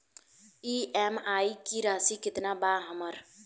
EMI की राशि केतना बा हमर?